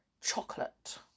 chocolate